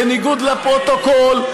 בניגוד לפרוטוקול,